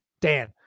Dan